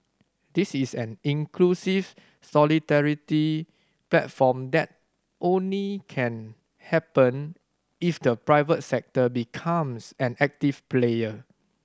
this is an inclusive solidarity platform that only can happen if the private sector becomes an active player